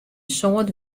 soad